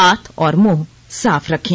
हाथ और मुंह साफ रखें